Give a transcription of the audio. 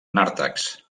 nàrtex